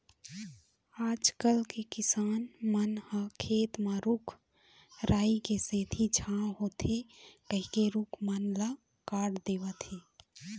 आजकल के किसान मन ह खेत म रूख राई के सेती छांव होथे कहिके रूख मन ल काट देवत हें